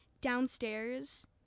downstairs